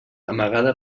amagada